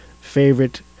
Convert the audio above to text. favorite